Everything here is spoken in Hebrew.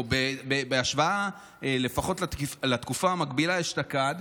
לפחות בהשוואה לתקופה המקבילה אשתקד,